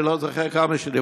אני לא זוכר מה שאמרו,